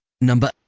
Number